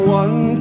one